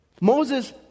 Moses